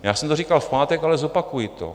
Já jsem říkal v pátek, ale zopakuji to.